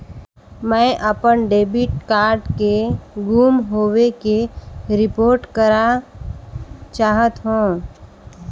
मैं अपन debit card के गुम होवे के रिपोर्ट करा चाहत हों